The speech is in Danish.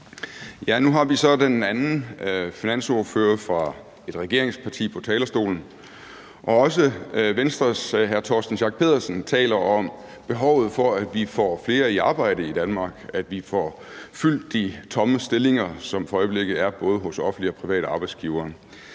Nu har vi så den anden finansordfører fra et regeringsparti på talerstolen, og også Venstres hr. Torsten Schack Pedersen taler om behovet for, at vi får flere i arbejde i Danmark, at vi får fyldt de tomme stillinger, som for øjeblikket er hos både offentlige og private arbejdsgivere.